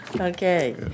Okay